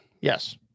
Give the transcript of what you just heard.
Yes